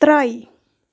ترٛٲے